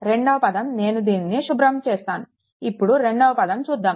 రెండవ పదం నేను దీనిని శుభ్రం చేస్తాను ఇప్పుడు రెండవ పదం చూద్దాము